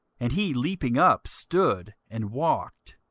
and he leaping up stood, and walked,